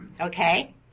Okay